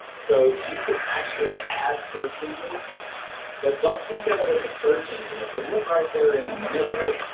so you can actually add search engines but don't think of it as a search engine. if you'll look right there in the middle,